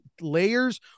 layers